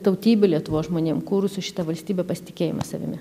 tautybių lietuvos žmonėm kūrusių šitą valstybę pasitikėjimą savimi